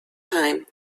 time